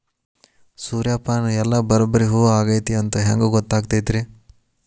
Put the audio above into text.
ಸೂರ್ಯಪಾನ ಎಲ್ಲ ಬರಬ್ಬರಿ ಹೂ ಆಗೈತಿ ಅಂತ ಹೆಂಗ್ ಗೊತ್ತಾಗತೈತ್ರಿ?